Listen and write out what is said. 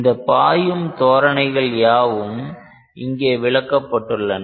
இந்தப் பாயும் தோரணைகள் யாவும் இங்கே விளக்கப்பட்டுள்ளது